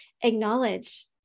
acknowledge